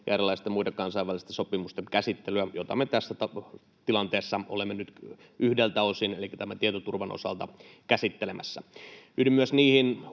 ja erilaisten muiden kansainvälisten sopimusten käsittelyä, jota me tässä tilanteessa olemme nyt yhdeltä osin elikkä tämän tietoturvan osalta käsittelemässä. Yhdyn myös niihin